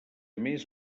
més